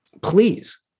please